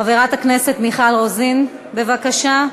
חברת הכנסת מיכל רוזין, בבקשה.